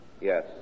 Yes